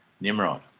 Nimrod